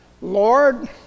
Lord